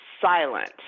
silent